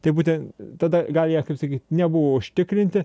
tai būten tada gal jie kaip sakyt nebuvo užtikrinti